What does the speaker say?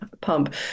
pump